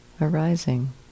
arising